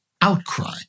outcry